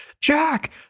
Jack